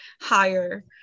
higher